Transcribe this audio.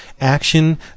Action